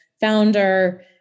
founder